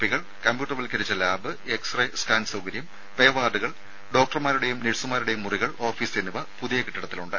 പികൾ കമ്പ്യൂട്ടർവൽക്കരിച്ച lab x ray scan സൌകര്യം pay വാർഡുകൾ ഡോക്ടർമാരുടെയും നഴ്സുമാരുടെയും മുറികൾ ഓഫീസ് എന്നിവ പുതിയ കെട്ടിടത്തിലുണ്ട്